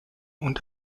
und